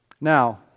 Now